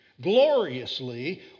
gloriously